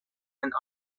and